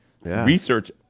research